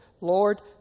Lord